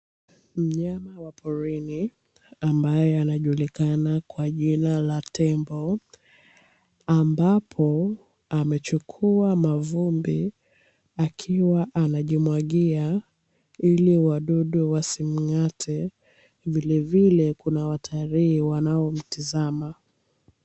Mnyama wa porini ambaye anajulikana kwa jina la tembo, ambapo amechukua mavumbi akiwa anajimwagia ili wadudu wasimng'ate vilevile kuna watalii wanao mtizama.